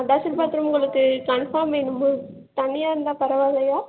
attached bathroom உங்களுக்கு confirm வேணுமா தனியாக இருந்தால் பரவாயில்லையா